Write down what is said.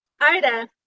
ida